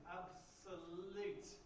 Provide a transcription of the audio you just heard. absolute